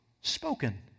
spoken